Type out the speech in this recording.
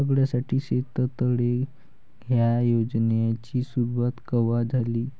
सगळ्याइसाठी शेततळे ह्या योजनेची सुरुवात कवा झाली?